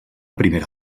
primera